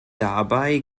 dabei